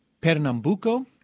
Pernambuco